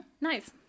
Nice